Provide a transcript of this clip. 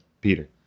Peter